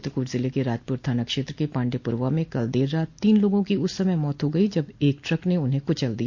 चित्रकूट ज़िले के राजपुर थाना क्षेत्र के पांडेपुरवा में कल देर रात तीन लोगों की उस समय मौत हो गयी जब एक ट्रक ने उन्हें कुचल दिया